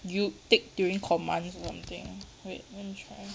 you take during command or something wait let me try